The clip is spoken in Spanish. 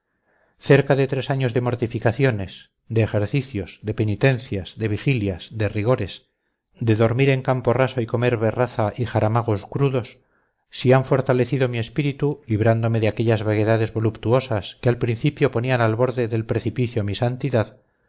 cerca de tres años de mortificaciones de ejercicios de penitencias de vigilias de rigores de dormir en campo raso y comer berraza y jaramagos crudos si han fortalecido mi espíritu librándome de aquellas vaguedades voluptuosas que al principio ponían al borde del precipicio mi santidad